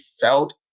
felt